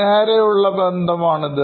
നേരെയുള്ള ബന്ധമാണുള്ളത്